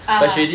ah